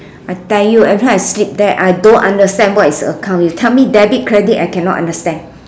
i tell you everytime I sleep there I don't understand what is account you tell me debit credit I cannot understand